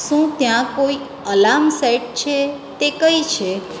શું ત્યાં કોઈ અલાર્મ સેટ છે તે કઈ છે